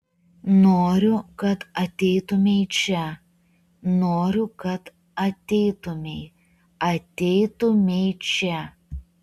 noriu kad ateitumei čia noriu kad ateitumei ateitumei čia